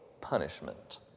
punishment